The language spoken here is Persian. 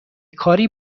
کاری